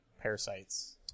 parasites